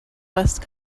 west